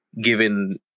given